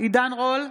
עידן רול,